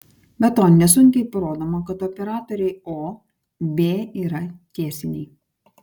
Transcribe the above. be to nesunkiai parodoma kad operatoriai o b yra tiesiniai